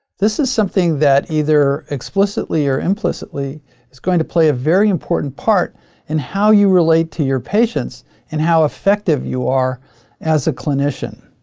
this is something that either explicitly or implicitly is going to play a very important part in how you relate to your patients and how effective you are as a clinician.